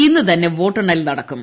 ഇന്നുതന്നെ വോട്ടെണ്ണൽ നടക്കും